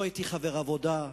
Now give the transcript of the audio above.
לא הייתי חבר העבודה,